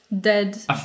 dead